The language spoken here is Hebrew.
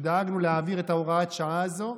שדאגנו להעביר את הוראת השעה הזו.